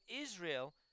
Israel